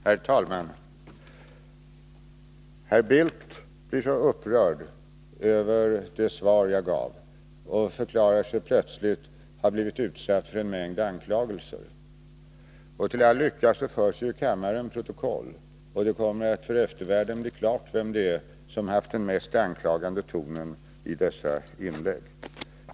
Herr talman! Herr Bildt blir så upprörd över det svar jag gav och förklarar sig plötsligt ha blivit utsatt för en mängd anklagelser. Till all lycka förs det i kammaren protokoll, och det kommer att för eftervärlden bli klart vem det är som haft den mest anklagande tonen i dessa inlägg.